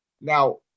Now